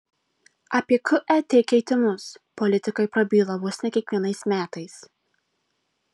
apie ket keitimus politikai prabyla vos ne kiekvienais metais